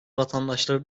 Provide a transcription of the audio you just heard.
vatandaşları